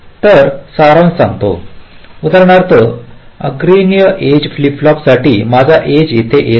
तर सारांश सांगा उदाहरणार्थ अग्रणी एज फ्लिप फ्लॉपसाठी माझी एज येथे येत आहे